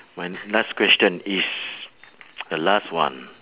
my last question is the last one